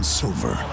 silver